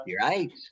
Right